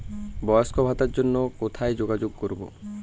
বয়স্ক ভাতার জন্য কোথায় যোগাযোগ করব?